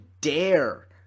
dare